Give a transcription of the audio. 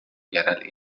yerel